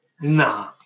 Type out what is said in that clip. Nah